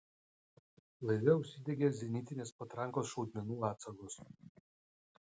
laive užsidegė zenitinės patrankos šaudmenų atsargos